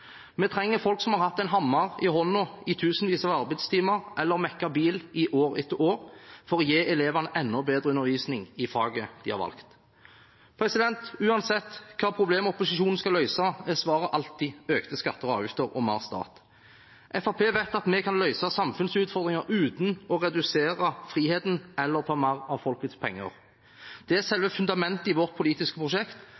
Vi trenger folk som har hatt en hammer i hånden i tusenvis av arbeidstimer, eller som har mekket bil i år etter år for å gi elevene enda bedre undervisning i faget de har valgt. Uansett hvilket problem opposisjonen skal løse, er svaret alltid økte skatter og avgifter og mer stat. Fremskrittspartiet vet at vi kan løse samfunnsutfordringer uten å redusere friheten eller ta mer av folks penger. Det er